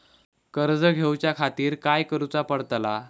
कर्ज घेऊच्या खातीर काय करुचा पडतला?